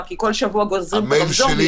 כי כל שבוע גוזרים את הרמזור ויש את השינויים.